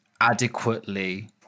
adequately